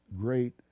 great